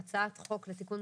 הצעת חוק לתיקון